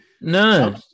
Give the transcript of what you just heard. no